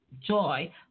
joy